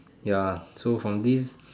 ya so from this